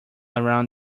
around